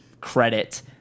credit